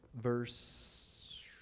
verse